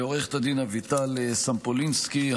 לעו"ד אביטל סומפולינסקי,